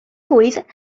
ieithoedd